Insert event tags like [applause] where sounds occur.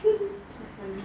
[laughs] so funny